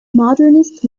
modernist